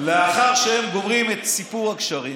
לאחר שהם גומרים את סיפור הגשרים,